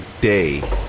day